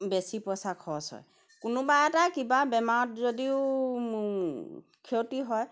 বেছি পইচা খৰচ হয় কোনোবা এটা কিবা বেমাৰত যদিও ক্ষতি হয়